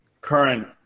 current